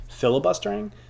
filibustering